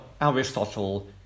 Aristotle